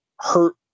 hurt